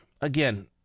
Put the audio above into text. again